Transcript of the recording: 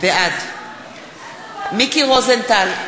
בעד מיקי רוזנטל,